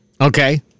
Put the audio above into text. Okay